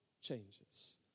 Changes